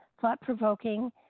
thought-provoking